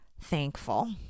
thankful